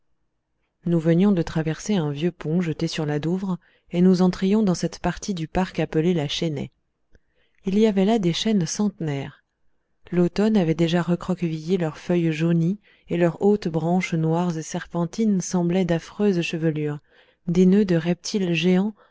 nous venions de traverser un vieux pont jeté sur la douve et nous entrions dans cette partie du parc appelée la chênaie il y avait là des chênes centenaires l'automne avait déjà recroquevillé leurs feuilles jaunies et leurs hautes branches noires et serpentines semblaient d'affreuses chevelures des nœuds de reptiles géants